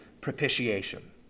propitiation